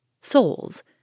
souls